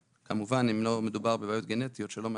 כמובן, אם לא מדובר בבעיות גנטיות שלא מאפשרות.